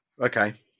Okay